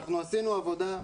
עשינו עבודה,